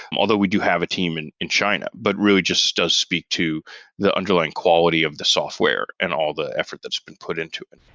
although we do have a team and in china, but really just does speak to the underlying quality of the software and all the effort that's been put into it.